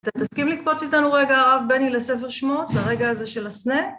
אתם תסכים לקפוץ איתנו רגע הרב בני לספר שמות לרגע הזה של הסנה?